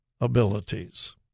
abilities